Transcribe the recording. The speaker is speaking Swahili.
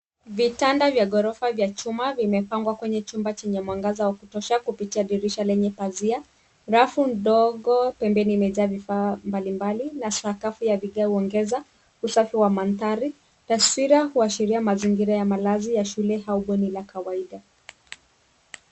Vitanda vya ghorofa vya chuma vimepangwa kwenye chumba chenye mwangaza wa kutosha kupitia dirisha lenye pazia. Rafu ndogo pembeni imejaa vifaa mbalimbali na sakafu ya vigae huongeza usafi wa mandhari. Taswira huashiria mazingira ya malazi ya shule au bweni la kawaida.